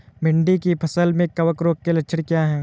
भिंडी की फसल में कवक रोग के लक्षण क्या है?